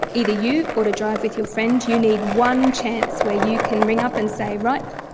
either you or to drive with your friend, you need one chance where you can ring up and say, right,